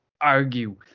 argue